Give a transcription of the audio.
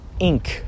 Inc